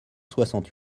soixante